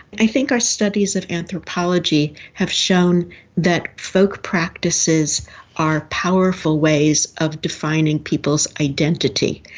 i think our studies of anthropology have shown that folk practices are powerful ways of defining people's identity.